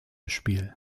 spiel